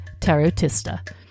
tarotista